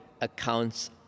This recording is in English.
accounts